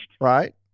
right